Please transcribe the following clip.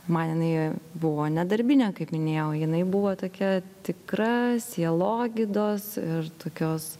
man ji buvo nedarbinė kaip minėjau jinai buvo tokia tikra sielogydos ir tokios